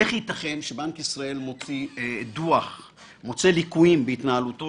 איך ייתכן שבנק ישראל מוצא ליקויים בהתנהלותו